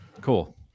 Cool